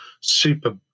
super